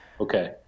Okay